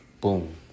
boom